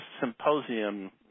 symposium